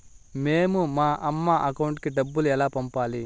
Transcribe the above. మేము మా అమ్మ అకౌంట్ కి డబ్బులు ఎలా పంపాలి